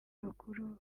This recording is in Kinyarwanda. bakuru